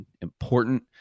important